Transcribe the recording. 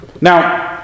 Now